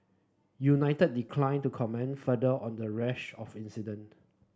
united declined to comment further on the rash of incident